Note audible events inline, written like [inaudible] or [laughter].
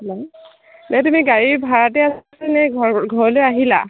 [unintelligible] তুমি গাড়ী ভাড়াতে আছানে ঘৰ ঘৰলৈ আহিলা